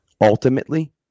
Ultimately